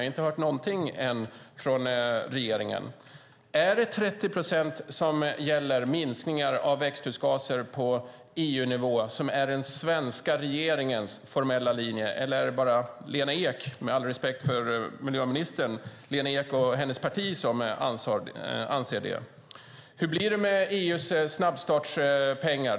Jag har inte hört någonting än från regeringen. Är det 30 procent minskningar av växthusgaser på EU-nivå som är den svenska regeringens formella linje? Eller är det bara Lena Ek, med all respekt för miljöministern, och hennes parti som anser det? Hur blir det med EU:s snabbstartspengar?